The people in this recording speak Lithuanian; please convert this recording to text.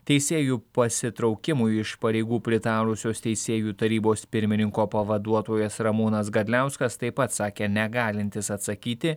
teisėjų pasitraukimui iš pareigų pritarusios teisėjų tarybos pirmininko pavaduotojas ramūnas gadliauskas taip pat sakė negalintis atsakyti